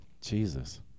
Jesus